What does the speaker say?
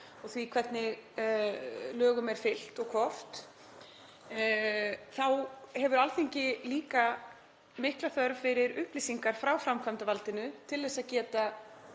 og því hvernig lögum er fylgt og hvort. Þá hefur Alþingi líka mikla þörf fyrir upplýsingar frá framkvæmdarvaldinu til að geta